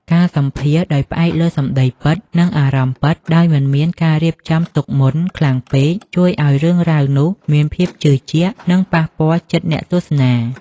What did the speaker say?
ការសម្ភាសន៍ដោយផ្អែកលើសម្ដីពិត និងអារម្មណ៍ពិតដោយមិនមានការរៀបចំទុកមុនខ្លាំងពេក ជួយឱ្យរឿងរ៉ាវនោះមានភាពជឿជាក់ និងប៉ះពាល់ចិត្តអ្នកទស្សនា។